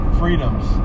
freedoms